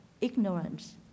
ignorance